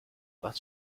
was